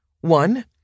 one